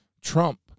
Trump